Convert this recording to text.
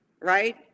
right